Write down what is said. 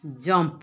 jump